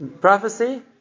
prophecy